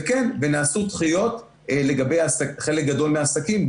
וכן נעשו דחיות לגבי חלק גדול מהעסקים,